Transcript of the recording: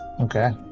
Okay